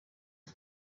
y’u